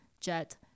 jet